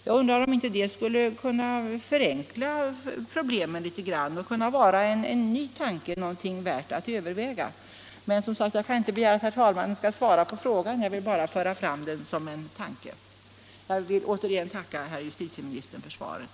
Skulle inte det kunna förenkla problemen? Är inte det en tanke, värd att överväga? Jag kan som sagt inte begära att herr talmannen skall svara på frågan; jag vill bara föra fram den som ett förslag. Jag tackar återigen herr justitieministern för svaret.